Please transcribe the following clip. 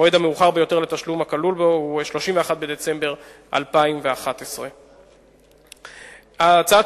המועד המאוחר ביותר לתשלום הכלול בהם הוא 31 בדצמבר 2011. הצעת